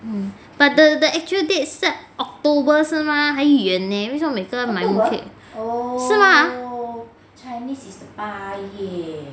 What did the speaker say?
mm but the the actual date start october 是吗还远 eh 为什么每个人买 mooncake 是吗啊